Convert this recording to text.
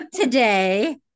today